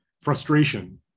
frustration